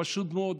פשוט מאוד,